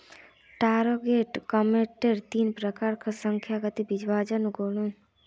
target मार्केटेर तीन प्रकार जनसांख्यिकीय विभाजन, भौगोलिक विभाजन आर मनोवैज्ञानिक विभाजन छेक